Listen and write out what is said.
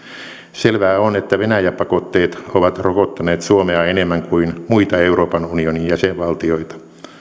selvää on että venäjä pakotteet ovat rokottaneet suomea enemmän kuin muita euroopan unionin jäsenvaltioita